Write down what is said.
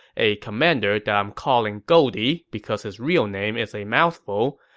a commander that i'm calling goldie because his real name is a mouthful,